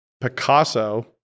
Picasso